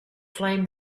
flame